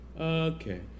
okay